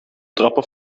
trappen